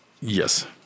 Yes